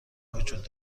وجود